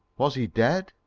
was he dead?